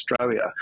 Australia